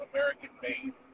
American-made